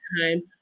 time